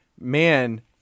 Man